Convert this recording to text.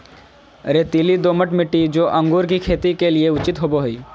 रेतीली, दोमट मिट्टी, जो अंगूर की खेती के लिए उचित होवो हइ